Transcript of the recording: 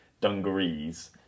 dungarees